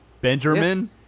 benjamin